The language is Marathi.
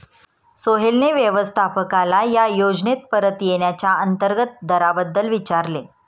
सोहेलने व्यवस्थापकाला या योजनेत परत येण्याच्या अंतर्गत दराबद्दल विचारले